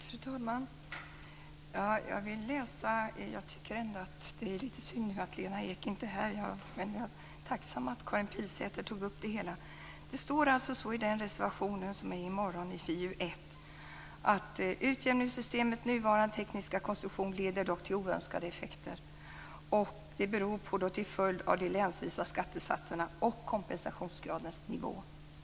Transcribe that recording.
Fru talman! Jag tycker ändå att det är synd att Lena Ek inte är här, men jag är tacksam för att Karin Pilsäter tog upp frågan. I reservationen i morgondagens betänkande FiU1 står det att utjämningssystemets nuvarande tekniska konstruktion leder till oönskade effekter. Det beror på de länsvisa skattesatserna och kompensationsgradens nivå.